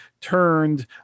turned